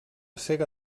sega